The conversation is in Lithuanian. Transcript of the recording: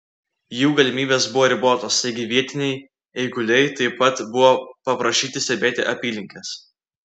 jų galimybės buvo ribotos taigi vietiniai eiguliai taip pat buvo paprašyti stebėti apylinkes